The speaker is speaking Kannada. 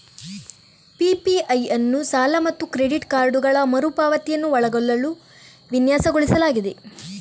ಪಿ.ಪಿ.ಐ ಅನ್ನು ಸಾಲ ಮತ್ತು ಕ್ರೆಡಿಟ್ ಕಾರ್ಡುಗಳ ಮರು ಪಾವತಿಯನ್ನು ಒಳಗೊಳ್ಳಲು ವಿನ್ಯಾಸಗೊಳಿಸಲಾಗಿದೆ